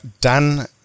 Dan